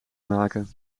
maken